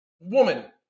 Woman